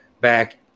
back